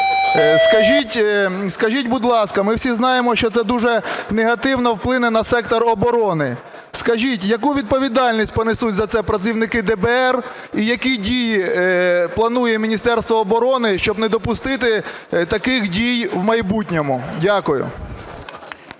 Скажіть, будь ласка, ми всі знаємо, що це дуже негативно вплине на сектор оборони. Скажіть, яку відповідальність понесуть за це працівники ДБР? І які дії планує Міністерство оборони, щоб не допустити таких дій в майбутньому? Дякую.